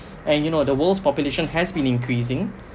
and you know the world's population has been increasing